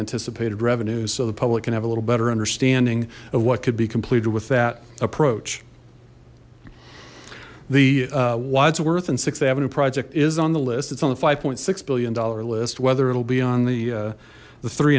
anticipated revenue so the public can have a little better understanding of what could be completed with that approach the why it's worth and sixth avenue project is on the list it's on the five point six billion dollar list whether it'll be on the